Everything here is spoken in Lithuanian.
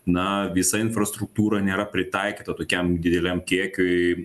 na visa infrastruktūra nėra pritaikyta tokiam dideliam kiekiui